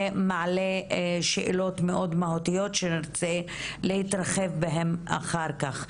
ומעלה שאלות מאוד מהותיות שנרצה להתרחב בהן אחר כך.